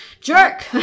Jerk